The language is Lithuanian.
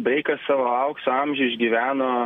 breikas savo aukso amžių išgyveno